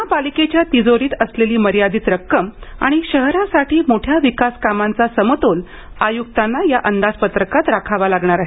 महापालिकेच्या तिजोरीत असलेली मर्यादित रक्कम आणि शहरासाठी मोठ्या विकासकामांचा समतोल आयुक्तांना या अंदाजपत्रकात राखावा लागणार आहे